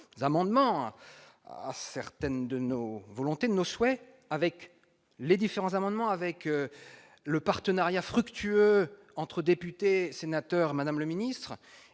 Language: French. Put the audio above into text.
amendements certaines de nos volontés nos souhaits avec les différents amendements avec le partenariat fructueux entre députés et sénateurs, Madame le ministre